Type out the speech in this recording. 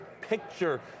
picture